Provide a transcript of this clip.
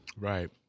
Right